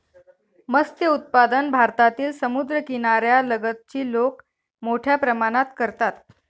मत्स्य उत्पादन भारतातील समुद्रकिनाऱ्या लगतची लोक मोठ्या प्रमाणात करतात